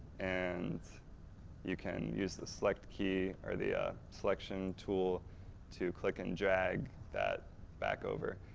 and you can use the select key, or the ah selection tool to click-and-drag that back over.